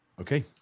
Okay